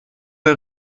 der